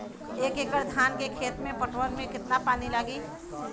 एक एकड़ धान के खेत के पटवन मे कितना पानी लागि?